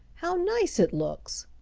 how nice it looks!